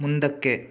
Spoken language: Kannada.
ಮುಂದಕ್ಕೆ